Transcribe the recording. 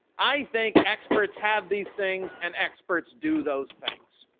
i think experts have these things and experts do those things.